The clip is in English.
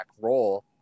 role